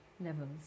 levels